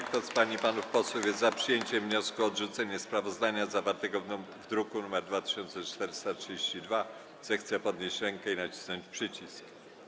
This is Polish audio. Kto z pań i panów posłów jest za przyjęciem wniosku o odrzucenie sprawozdania zawartego w druku nr 2432, zechce podnieść rękę i nacisnąć przycisk.